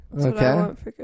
Okay